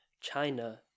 China